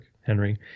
Henry